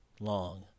long